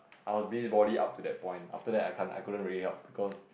I was busybody up to that point after that I can't I couldn't really help because